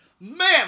man